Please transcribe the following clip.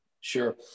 Sure